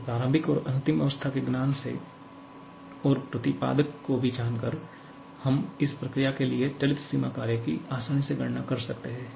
तो प्रारंभिक और अंतिम अवस्थाओं के ज्ञान से और प्रतिपादक को भी जानकर हम इस प्रक्रिया के लिए चलित सीमा कार्य की आसानी से गणना कर सकते हैं